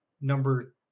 Number